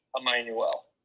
Emmanuel